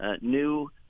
new